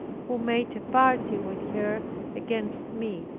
who made a party with her against me.